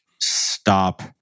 stop